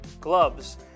gloves